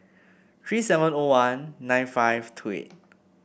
three seven O one nine five two eight